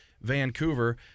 Vancouver